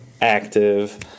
active